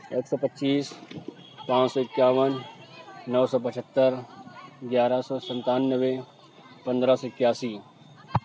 ایک سو پچیس پانچ سو اکیاون نو سو پچہتر گیارہ سو سنتانوے پندرہ سو اکیاسی